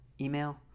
email